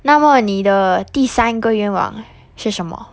那么你的第三个愿望是什么